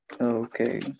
Okay